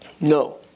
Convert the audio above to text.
No